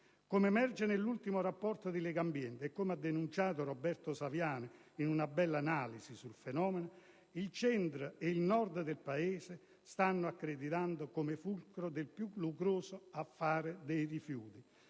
Come emerge dall'ultimo rapporto di Legambiente e come ha denunciato Roberto Saviano in una bella analisi sul fenomeno, il Centro e il Nord del Paese si stanno accreditando come fulcro del più che lucroso affare rifiuti.